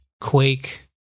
Quake